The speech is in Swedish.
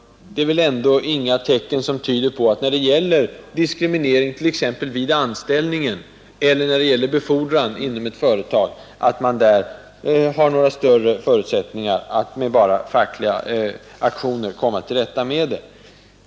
Inga tecken tyder på att man när det gäller diskriminering vid anställning och befordran inom enskilda företag har några större förutsättningar att enbart genom fackliga aktioner komma till rätta med detta.